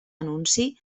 anunci